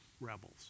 rebels